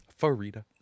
farida